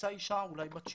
יצאה אישה, אולי בת 70,